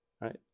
Right